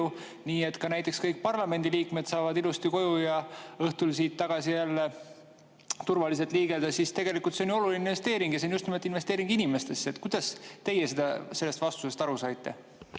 nii et ka näiteks kõik parlamendi liikmed saavad ilusti turvaliselt õhtul siit tagasi koju liigelda, siis tegelikult see on ju oluline investeering, ja just nimelt investeering inimestesse. Kuidas teie sellest vastusest aru saite?